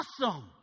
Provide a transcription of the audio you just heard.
awesome